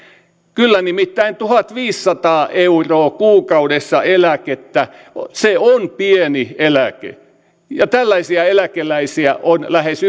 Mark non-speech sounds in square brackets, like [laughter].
kyllä nimittäin tuhatviisisataa euroa kuukaudessa eläkettä on pieni eläke ja tällaisia eläkeläisiä on lähes [unintelligible]